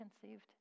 conceived